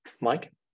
Mike